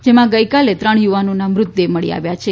જેમાં ગઇકાલે ત્રણ યુવાનોના મૃતદેહ મળી આવ્યા છે